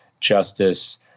justice